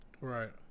Right